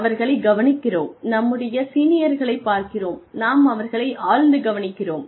அவர்களைக் கவனிக்கிறோம் நம்முடைய சீனியர்களைப் பார்க்கிறோம் நாம் அவர்களை ஆழ்ந்து கவனிக்கிறோம்